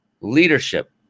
leadership